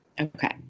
Okay